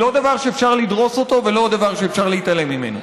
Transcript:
שזה אומר שהליכוד יישאר בשלטון.